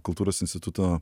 kultūros instituto